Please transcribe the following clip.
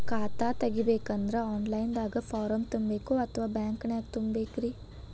ಖಾತಾ ತೆಗಿಬೇಕಂದ್ರ online ದಾಗ ಫಾರಂ ತುಂಬೇಕೊ ಅಥವಾ ಬ್ಯಾಂಕನ್ಯಾಗ ತುಂಬ ಬೇಕ್ರಿ?